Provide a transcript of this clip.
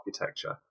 architecture